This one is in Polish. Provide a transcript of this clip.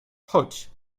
chodź